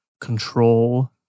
control